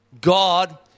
God